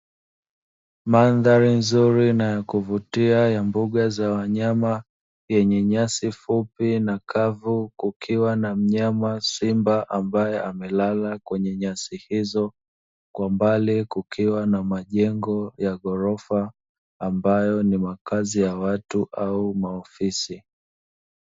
Mandhari nzuri na ya kuvutia ya mbuga za wanyama yenye nyanyasi fupi na kavu kukiwa na mnyama simba ambaye amelala kwenye nyasi hizo kwa mbali, kukiwa na majengo ya ghorofa ambayo ni makazi ya watu au maofisi.